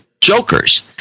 jokers